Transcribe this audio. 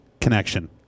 connection